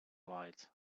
lights